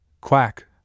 Quack